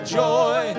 joy